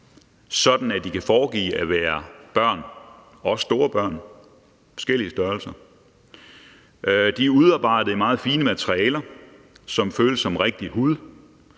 – der er forskellige størrelser – de er udarbejdet i meget fine materialer, som føles som rigtig hud,